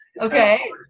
Okay